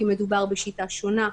כי מדובר בשיטה שונה.